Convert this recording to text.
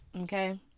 Okay